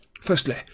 Firstly